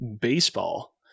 baseball